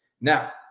now